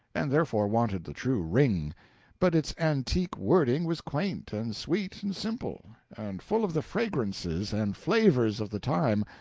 and therefore wanted the true ring but its antique wording was quaint and sweet and simple, and full of the fragrances and flavors of the time,